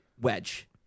wedge